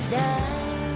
die